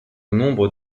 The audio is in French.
nombre